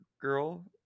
Girl